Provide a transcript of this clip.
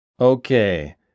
Okay